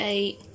Eight